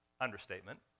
Understatement